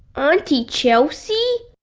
auntie chelsea?